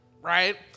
right